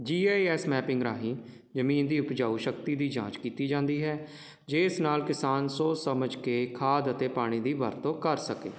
ਜੀ I S mapping ਰਾਹੀਂ ਜ਼ਮੀਨ ਦੀ ਉਪਜਾਊ ਸ਼ਕਤੀ ਦੀ ਜਾਂਚ ਕੀਤੀ ਜਾਂਦੀ ਹੈ ਜੇ ਇਸ ਨਾਲ ਕਿਸਾਨ ਸੋਚ ਸਮਝ ਕੇ ਖਾਦ ਅਤੇ ਪਾਣੀ ਦੀ ਵਰਤੋਂ ਕਰ ਸਕੇ